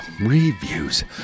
reviews